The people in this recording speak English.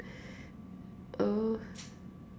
oh